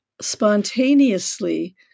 spontaneously